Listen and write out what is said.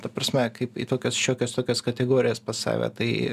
ta prasme kaip į tokias šiokias tokias kategorijas pas save tai